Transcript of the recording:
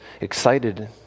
excited